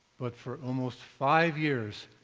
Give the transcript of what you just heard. but for almost five years,